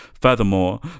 Furthermore